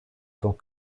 tant